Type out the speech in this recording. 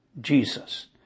Jesus